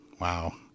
wow